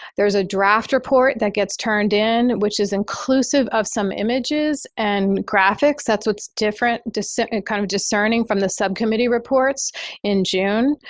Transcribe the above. there's a draft report that gets turned in, which is inclusive of some images and graphics. that's what's different discern kind of discerning from the subcommittee reports in june.